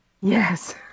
Yes